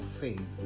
faith